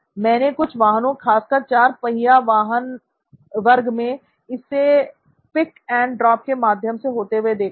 मैंने कुछ वाहनों खासकर चार पहिया वर्ग में इसे पिक एंड ड्रॉप के माध्यम से होते हुए देखा है